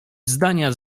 zdania